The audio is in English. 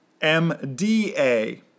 MDA